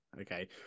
okay